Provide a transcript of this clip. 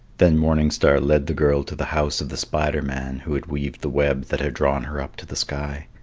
then morning star led the girl to the house of the spider man who had weaved the web that had drawn her up to the sky.